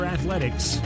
Athletics